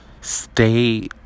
stay